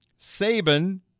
Saban